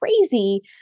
crazy